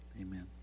amen